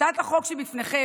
הצעת החוק שבפניכם,